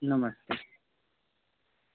नमस्ते